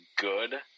good